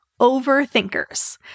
overthinkers